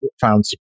found